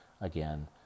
again